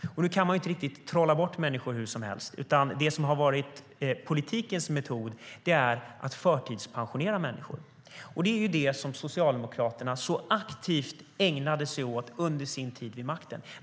Nu kan man inte trolla bort människor hur som helst, utan politikens metod har varit att förtidspensionera dem. Det ägnade sig Socialdemokraterna aktivt åt under sin tid vid makten.